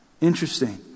Interesting